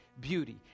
beauty